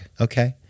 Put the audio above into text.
Okay